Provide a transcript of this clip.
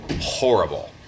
horrible